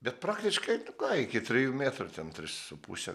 bet praktiškai nu kai iki trijų metrų ten trys su puse